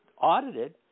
audited